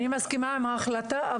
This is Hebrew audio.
אני מסכימה עם ההחלטה,